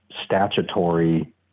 statutory